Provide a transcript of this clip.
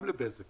גם לבזק